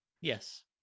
Yes